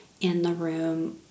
in-the-room